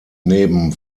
neben